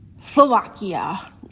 Slovakia